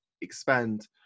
expand